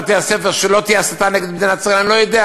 שלא תהיה הסתה נגד מדינת ישראל בתוך